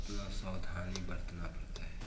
अपना सावधानी बरतना पड़ता है